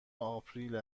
آپریل